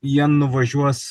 jie nuvažiuos